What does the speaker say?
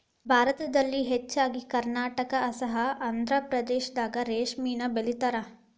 ಭಾರತದಲ್ಲಿ ಹೆಚ್ಚಾಗಿ ಕರ್ನಾಟಕಾ ಅಸ್ಸಾಂ ಆಂದ್ರಪ್ರದೇಶದಾಗ ರೇಶ್ಮಿನ ಬೆಳಿತಾರ